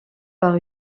par